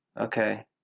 Okay